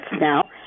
now